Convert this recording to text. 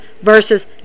versus